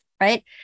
right